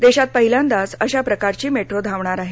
देशात पहिल्यांदाच अशा प्रकारची मेट्रो धावणार आहे